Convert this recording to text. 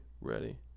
ready